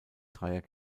dreier